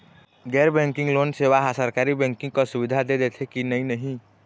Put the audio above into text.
गैर banking loan सेवा हा सरकारी बैंकिंग कस सुविधा दे देथे कि नई नहीं?